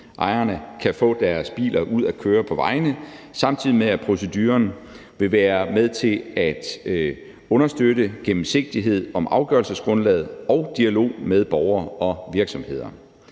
bilejerne kan få deres biler ud at køre på vejene, samtidig med vi på den anden side sørger for, at proceduren vil være med til at understøtte gennemsigtighed i forhold til afgørelsesgrundlaget og dialog med borgere og virksomheder.